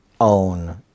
own